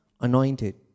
anointed